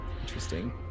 Interesting